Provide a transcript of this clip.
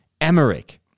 Emmerich